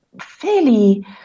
fairly